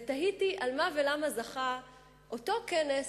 תהיתי על מה ולמה זכה אותו כנס,